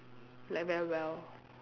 like very well